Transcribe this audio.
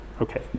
Okay